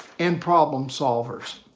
and problem-solvers.